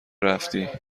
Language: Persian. رفتی